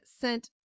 sent